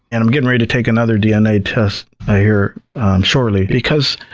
and i'm getting ready to take another dna test ah here shortly. because